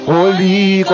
Holy